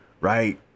right